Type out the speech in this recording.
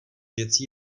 věcí